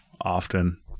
often